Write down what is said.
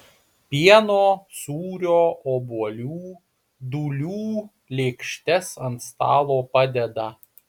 pieno sūrio obuolių dūlių lėkštes ant stalo padeda